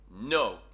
No